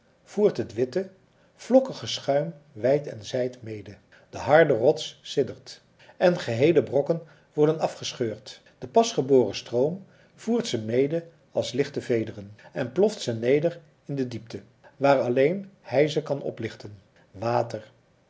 voert het witte vlokkige schuim wijd en zijd mede de harde rots siddert en geheele brokken worden afgescheurd de pasgeboren stroom voert ze mede als lichte vederen en ploft ze neder in de diepte waar alleen hij ze kan oplichten water